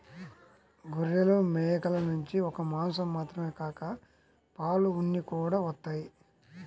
గొర్రెలు, మేకల నుంచి ఒక్క మాసం మాత్రమే కాక పాలు, ఉన్ని కూడా వత్తయ్